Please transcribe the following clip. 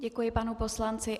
Děkuji panu poslanci.